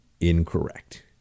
incorrect